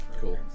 Cool